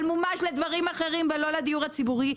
מומש לדברים אחרים ולא לדיור הציבורי,